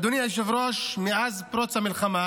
אדוני היושב-ראש, מאז פרוץ המלחמה